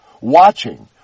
watching